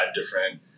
different